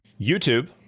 YouTube